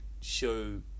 show